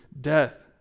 death